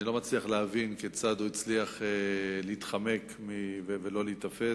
אני לא מצליח להבין כיצד הוא הצליח להתחמק ולא להיתפס.